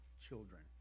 children